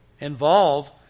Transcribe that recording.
involve